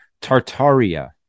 Tartaria